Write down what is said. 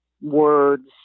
words